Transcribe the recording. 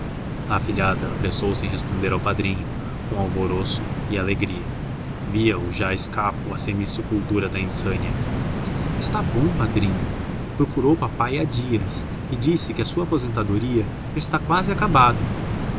afilhada apressou-se em responder ao padrinho com alvoroço e alegria via o já escapo à semisepultura da insânia está bom padrinho procurou papai há dias e disse que a sua aposentadoria já está quase acabada